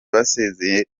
basezeye